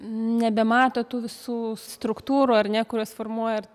nebemato tų visų struktūrų ar ne kurios formuoja